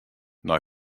nei